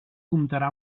comptarà